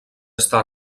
està